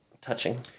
Touching